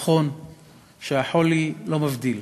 נכון שהחולי לא מבדיל